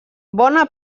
bona